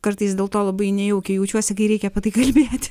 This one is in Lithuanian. kartais dėl to labai nejaukiai jaučiuosi kai reikia apie tai kalbėt